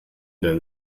denn